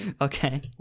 okay